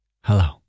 Hello